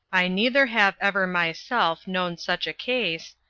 i neither have ever myself known such a case,